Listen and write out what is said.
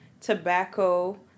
tobacco